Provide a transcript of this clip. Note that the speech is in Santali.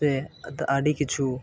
ᱥᱮ ᱟᱹᱰᱤ ᱠᱤᱪᱷᱩ